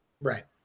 Right